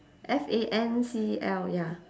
F A N C L ya